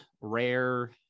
rare